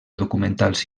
documentals